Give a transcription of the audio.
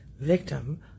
victim